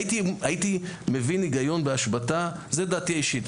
הייתי מבין היגיון בהשבתה; זו דעתי האישית,